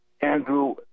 Andrew